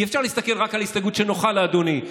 אי-אפשר להסתכל רק על ההסתייגות שנוחה לאדוני.